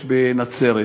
בנצרת.